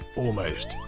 almost.